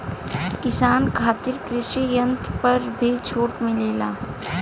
किसान खातिर कृषि यंत्र पर भी छूट मिलेला?